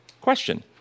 Question